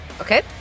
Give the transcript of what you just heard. Okay